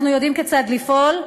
אנחנו יודעים כיצד לפעול,